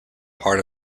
part